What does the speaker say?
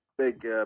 Big